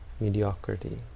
mediocrity